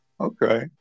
okay